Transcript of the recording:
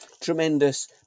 tremendous